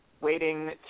waiting